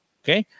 okay